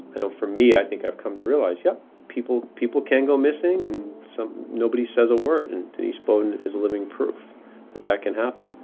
i know, for me, i think i've come to realize yeah that people can go missing and so nobody says a word and denise beaudin is living proof that that can happen.